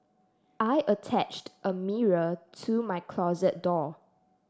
I attached a mirror to my closet door